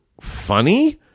funny